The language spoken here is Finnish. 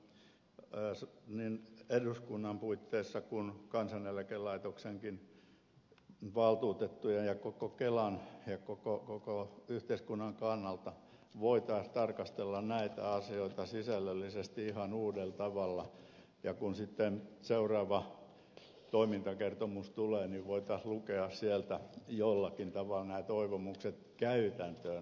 minä toivoisin että niin eduskunnan puitteissa kuin kansaneläkelaitoksenkin valtuutettujen ja koko kelan ja koko yhteiskunnan kannalta voitaisiin tarkastella näitä asioita sisällöllisesti ihan uudella tavalla ja kun sitten seuraava toimintakertomus tulee voitaisiin lukea sieltä jollakin tavalla nämä toivomukset käytäntöön otetuiksi